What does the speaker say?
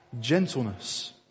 gentleness